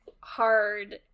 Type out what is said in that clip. hard